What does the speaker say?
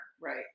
Right